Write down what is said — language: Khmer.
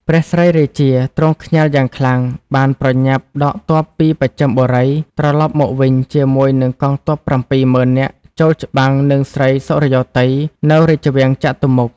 ព្រះស្រីរាជា ទ្រង់ខ្ញាល់យ៉ាងខ្លាំង បានប្រញាប់ដកទ័ពពីបស្ចឹមបុរី ត្រឡប់មកវិញជាមួយនិងកងទ័ព ៧មុឺននាក់ចូលច្បាំងនិង ស្រីសុរិយោទ័យ នៅរាជវាំងចតុមុខ